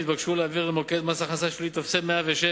התבקשו להעביר למוקד מס הכנסה שלילי טופסי 106